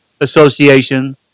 Association